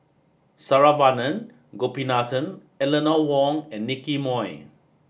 Saravanan Gopinathan Eleanor Wong and Nicky Moey